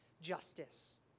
justice